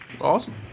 Awesome